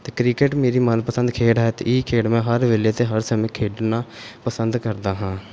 ਅਤੇ ਕ੍ਰਿਕਟ ਮਨਪਸੰਦ ਖੇਡ ਹੈ ਅਤੇ ਇਹ ਖੇਡ ਮੈਂ ਹਰ ਵੇਲੇ ਅਤੇ ਹਰ ਸਮੇਂ ਖੇਡਣਾ ਪਸੰਦ ਕਰਦਾ ਹਾਂ